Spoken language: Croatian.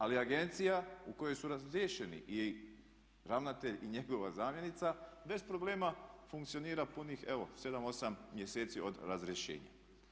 Ali agencija u kojoj su razriješeni i ravnatelj i njegova zamjenica bez problema funkcionira punih evo 7, 8 mjeseci od razrješenja.